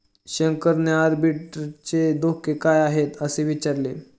शंकरने आर्बिट्रेजचे धोके काय आहेत, असे विचारले